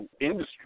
industry